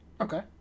Okay